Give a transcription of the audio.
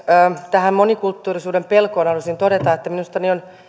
tähän monikulttuurisuuden pelkoon haluaisin todeta että minusta on